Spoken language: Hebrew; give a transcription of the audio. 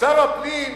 שר הפנים,